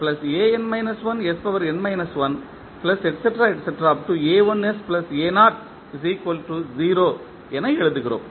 என எழுதுகிறோம்